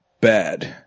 Bad